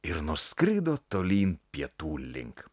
ir nuskrido tolyn pietų link